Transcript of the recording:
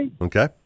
Okay